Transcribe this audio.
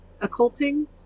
occulting